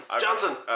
Johnson